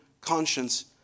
conscience